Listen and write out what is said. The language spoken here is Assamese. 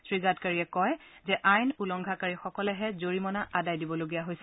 শ্ৰী গাডকাৰীয়ে কয় যে আইন উলংঘাকাৰীসকলেহে জৰিমনা আদায় দিবলগীয়া হৈছে